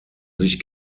sich